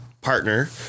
partner